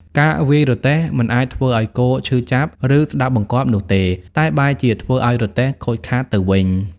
ការវាយរទេះមិនអាចធ្វើឲ្យគោឈឺចាប់ ឬស្តាប់បង្គាប់នោះទេ តែបែរជាធ្វើឲ្យរទេះខូចខាតទៅវិញ។